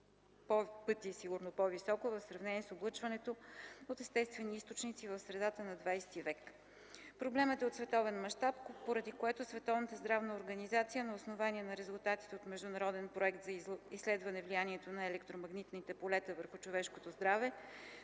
пъти по-високо в сравнение с облъчването от естествени източници в средата на ХХ век. Проблемът е от световен мащаб, поради което Световната здравна организация, на основание на резултатите от Международен проект за изследване влиянието на електромагнитните полета върху човешкото здраве,